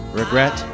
regret